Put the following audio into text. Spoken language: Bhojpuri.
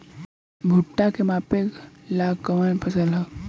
भूट्टा के मापे ला कवन फसल ह?